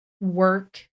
Work